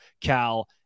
Cal